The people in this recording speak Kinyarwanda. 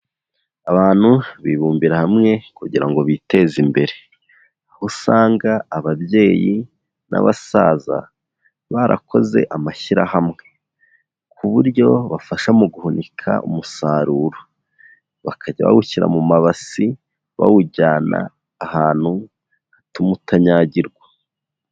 Abantu bibumbira hamwe kugira ngo biteze imbere, aho usanga ababyeyi n'abasaza barakoze amashyirahamwe, ku buryo abafasha mu guhunika umusaruro, bakajya bawushyira mu mabase bawujyana ahantu hatuma utanyagirwa.